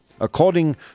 According